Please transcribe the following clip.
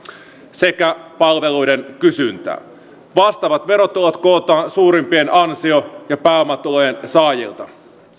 sekä palveluiden kysyntää vastaavat verotulot kootaan suurimpien ansio ja pääomatulojen saajilta